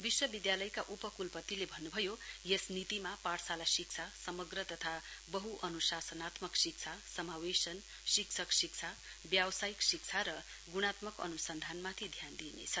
विश्वविद्यालयका उपकूलपतिले भन्नु भयो यस नीतिमा पाठशाला शिक्षा समग्र तथा बहुअनुशासनत्मक शिक्षा समावेशन शिक्षक शिक्षा व्यवसायिक शिक्षा र गुणात्मक अनुसन्धानमाथि ध्यान दिइनेछ